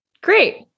Great